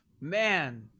Man